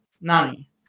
Nani